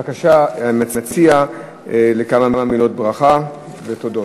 בבקשה, המציע, כמה מילות ברכה ותודות.